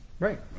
Right